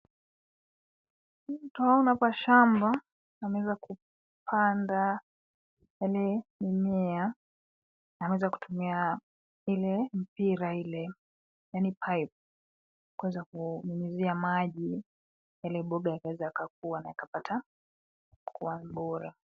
Twaona kwa shamba ameweza kupanda yale mimea. Ameweza kutumia ile mpira ile yaani pipe kuweza kunyunyizia maji yale boga yakaweza yakukua na kapata kuwa bora.